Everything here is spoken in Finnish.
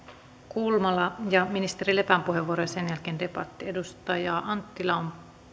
kulmala ja ministeri lepän puheenvuoro ja sen jälkeen debatti edustaja anttila on